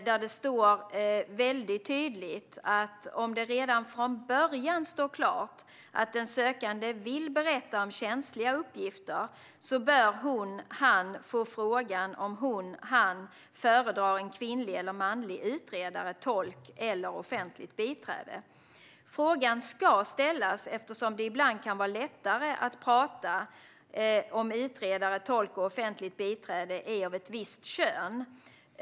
Där står det tydligt att om det redan från början står klart att sökanden vill berätta om känsliga uppgifter bör hon han föredrar en kvinnlig eller manlig utredare, tolk eller offentligt biträde. Frågan ska ställas eftersom det ibland kan vara lättare att prata om utredare, tolk och offentligt biträde är av ett visst kön.